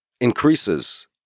increases